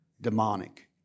demonic